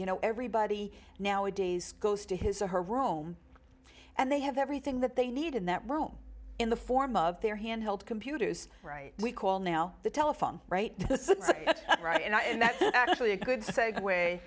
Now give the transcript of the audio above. you know everybody nowadays goes to his or her room and they have everything that they need in that room in the form of their handheld computers we call now the telephone right right and i actually a good segue